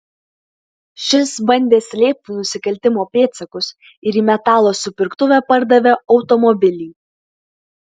šis bandė slėpti nusikaltimo pėdsakus ir į metalo supirktuvę pardavė automobilį